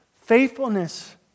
faithfulness